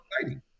exciting